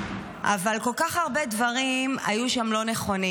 אבל כל כך הרבה דברים היו שם לא נכונים.